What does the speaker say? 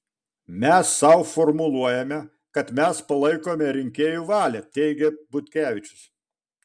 mes sau formuluojame kad mes palaikome rinkėjų valią teigė butkevičius